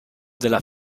della